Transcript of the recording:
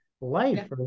life